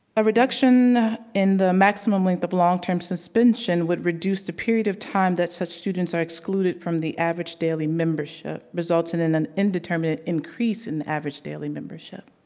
a reduction in the maximum length of long-term suspension would reduce the period of time that such students are excluded from the average daily membership, resulting in an indeterminate increase in average daily membership.